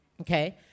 Okay